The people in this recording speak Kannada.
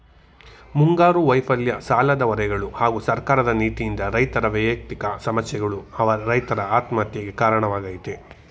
ಮುಂಗಾರು ವೈಫಲ್ಯ ಸಾಲದ ಹೊರೆಗಳು ಹಾಗೂ ಸರ್ಕಾರದ ನೀತಿಯಿಂದ ರೈತರ ವ್ಯಯಕ್ತಿಕ ಸಮಸ್ಯೆಗಳು ರೈತರ ಆತ್ಮಹತ್ಯೆಗೆ ಕಾರಣವಾಗಯ್ತೆ